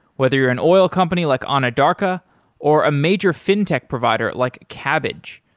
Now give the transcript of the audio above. whether you're an oil company like anadarko or a major fin-tech provider, like cabbage,